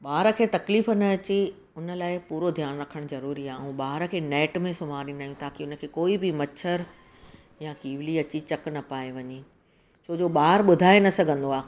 ॿार खे तकलीफ़ु न अचे उन लाइ पूरो ध्यानु रखणु ज़रूरी आहे ऐं ॿार खे नेट में सुम्हारींदा आहियूं ताक़ी हुन खे कोई बि मछर या किवली अची चकु न पाए वञे छो जो ॿार ॿुधाए न सघंदो आहे